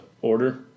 order